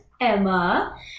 Emma